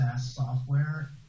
software